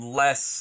less